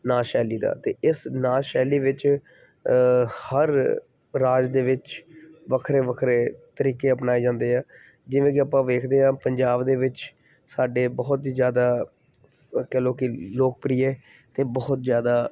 ਨਾਚ ਸ਼ੈਲੀ ਦਾ ਅਤੇ ਇਸ ਨਾਚ ਸ਼ੈਲੀ ਵਿੱਚ ਹਰ ਰਾਜ ਦੇ ਵਿੱਚ ਵੱਖਰੇ ਵੱਖਰੇ ਤਰੀਕੇ ਅਪਣਾਏ ਜਾਂਦੇ ਆ ਜਿਵੇਂ ਕਿ ਆਪਾਂ ਵੇਖਦੇ ਹਾਂ ਪੰਜਾਬ ਦੇ ਵਿੱਚ ਸਾਡੇ ਬਹੁਤ ਹੀ ਜ਼ਿਆਦਾ ਕਹਿ ਲਓ ਕਿ ਲੋਕਪ੍ਰੀਏ ਅਤੇ ਬਹੁਤ ਜ਼ਿਆਦਾ